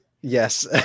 Yes